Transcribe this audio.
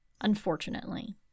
Unfortunately